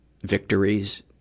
victories